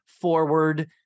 forward